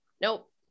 nope